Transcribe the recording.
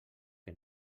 que